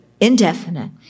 indefinite